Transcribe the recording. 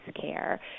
care